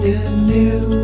anew